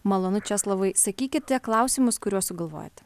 malonu česlovai sakykite klausimus kuriuos sugalvojate